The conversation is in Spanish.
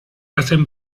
hacen